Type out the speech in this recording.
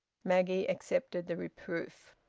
maggie accepted the reproof.